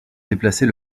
déplacer